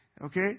Okay